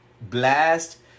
blast